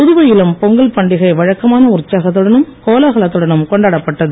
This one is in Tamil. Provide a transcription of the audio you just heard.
புதுவையிலும் பொங்கல் பண்டிகை வழக்கமான உற்சாகத்துடனும் கோலாகலத்துடனும் கொண்டாடப்பட்டது